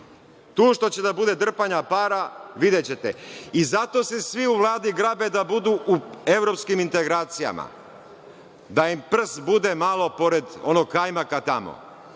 Tu što će da bude drpanja para, videćete. Zato se svi u Vladi grabe da budu u evropskim integracijama, da im prst bude malo pored onog kajmaka tamo